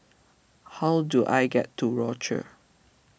how do I get to Rochor